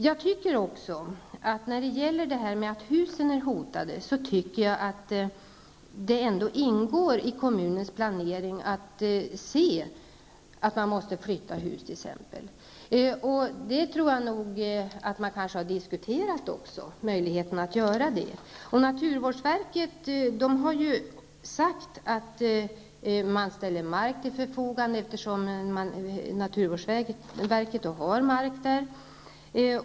Beträffande de hus som är hotade tycker jag ändå att det ingår i kommunens planering att se om t.ex. hus måste flyttas. Man kanske också har diskuterat möjligheterna att göra detta. Naturvårdsverket har sagt att man ställer mark till förfogande, eftersom naturvårdsverket har mark i området.